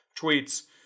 tweets